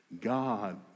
God